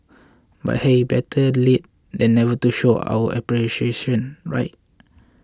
but hey better late than never to show our appreciation right